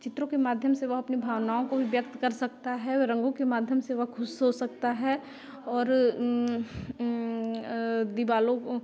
चित्रों के माध्यम से वह अपनी भावनाओं को भी व्यक्त कर सकता है रंगों के माध्यम से वह खुश हो सकता है और दीवारों